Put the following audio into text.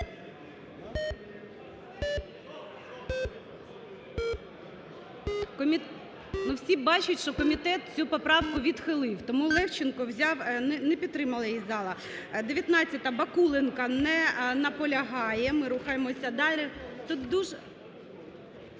всі бачать, що комітет цю поправку відхилив, тому Левченко взяв… 11:28:35 За-84 Не підтримала її зала. 19-а, Бакуленко, не наполягає. Ми рухаємося далі.